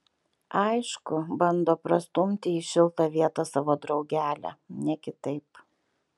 aišku bando prastumti į šiltą vietą savo draugelę ne kitaip